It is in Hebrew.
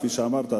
כפי שאמרת,